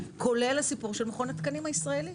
כולל הסיפור של מכון התקנים הישראלי,